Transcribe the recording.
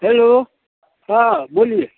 hello हाँ बोलिए